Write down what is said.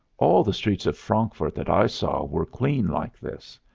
all the streets of frankfurt, that i saw, were clean like this.